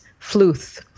Fluth